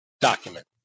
document